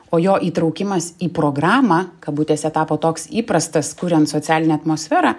o jo įtraukimas į programą kabutėse tapo toks įprastas kuriant socialinę atmosferą